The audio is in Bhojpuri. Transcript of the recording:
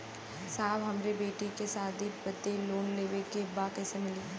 साहब हमरे बेटी के शादी बदे के लोन लेवे के बा कइसे मिलि?